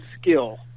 skill